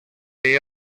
way